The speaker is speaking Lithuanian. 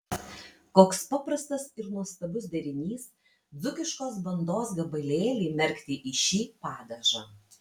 koks paprastas ir nuostabus derinys dzūkiškos bandos gabalėlį merkti į šį padažą